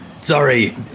sorry